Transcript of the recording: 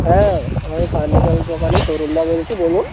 হ্যাঁ আমি ফার্নিচারের দোকানি তরুণদা বলছি বলুন